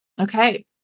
Okay